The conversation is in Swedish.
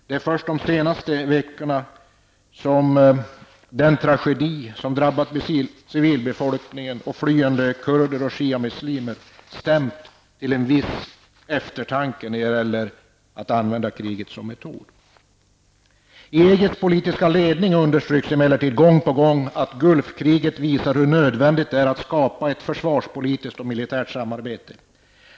Det är först de senaste veckorna som den tragedi som har drabbat civilbefolkning och flyende kurder och shiamuslimer har stämt till en viss eftertanke i fråga om att använda kriget som metod. I EGs politiska ledning understryker man emellertid gång på gång att Gulfkriget visat hur nödvändigt det är att skapa ett försvarspolitiskt och militärt samarbete.